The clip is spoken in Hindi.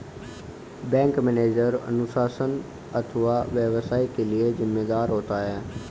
बैंक मैनेजर अनुशासन अथवा व्यवसाय के लिए जिम्मेदार होता है